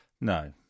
No